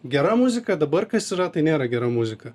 gera muzika dabar kas yra tai nėra gera muzika